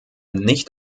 nicht